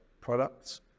products